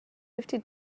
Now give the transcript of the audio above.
fifty